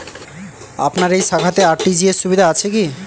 আপনার এই শাখাতে আর.টি.জি.এস সুবিধা আছে কি?